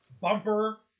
bumper